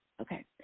Okay